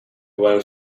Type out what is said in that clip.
while